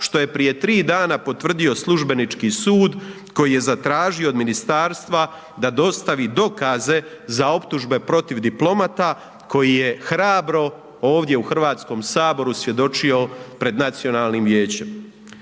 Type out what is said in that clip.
što je prije 3 dana potvrdio službenički sud, koji je zatražio od ministarstva da dostavi dokaze za optužbe protiv diplomata, koji je hrabro ovdje u Hrvatskom saboru svjedočio pred Nacionalnim vijećem.